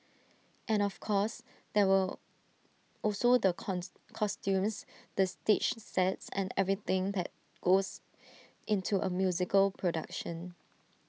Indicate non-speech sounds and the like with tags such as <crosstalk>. and of course there were also the <unintelligible> costumes the stage sets and everything that goes into A musical production